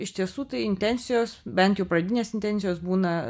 iš tiesų tai intencijos bent jau pradinės intencijos būna